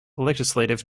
legislative